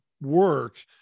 work